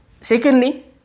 Secondly